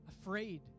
afraid